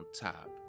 top